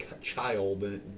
child